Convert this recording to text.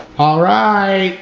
alright,